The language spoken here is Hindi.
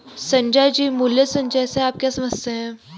संजय जी, मूल्य संचय से आप क्या समझते हैं?